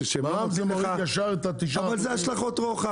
--- מע"מ זה מוריד ישר את ה-9% --- אבל זה השלכות רוחב.